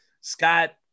Scott